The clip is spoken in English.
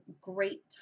great